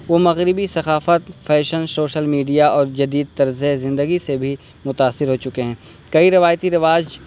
وہ مغربی ثقافت فیشن شوشل میڈیا اور جدید طرز زندگی سے بھی متاثر ہو چکے ہیں کئی روایتی رواج